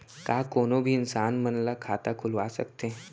का कोनो भी इंसान मन ला खाता खुलवा सकथे?